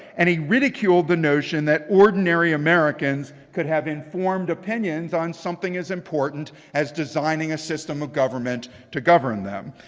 and he ridiculed the notion that ordinary americans could have informed opinions on something as important as designing a system of government to govern them.